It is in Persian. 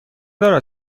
دارد